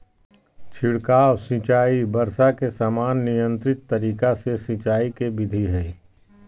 छिड़काव सिंचाई वर्षा के समान नियंत्रित तरीका से सिंचाई के विधि हई